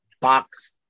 box